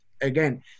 Again